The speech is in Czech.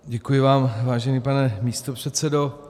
Děkuji vám, vážený pane místopředsedo.